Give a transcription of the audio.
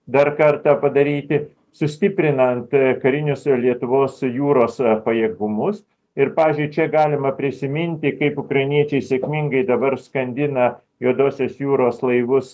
dar kartą padaryti sustiprinant karinius lietuvos jūros pajėgumus ir pavyzdžiui čia galima prisiminti kaip ukrainiečiai sėkmingai dabar skandina juodosios jūros laivus